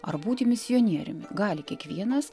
ar būti misionieriumi gali kiekvienas